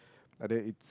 but then it's